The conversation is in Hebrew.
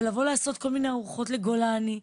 בלבוא לעשות כל מיני ארוחות לגולני,